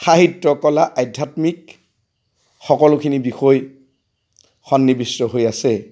সাহিত্য কলা আধ্যাত্মিক সকলোখিনি বিষয় সন্নিৱিষ্ট হৈ আছে